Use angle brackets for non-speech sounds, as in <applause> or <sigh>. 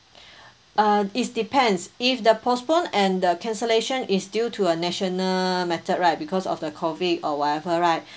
<breath> uh it depends if the postpone and the cancellation is due to a national method right because of the COVID or whatever right